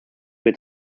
wird